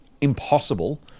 impossible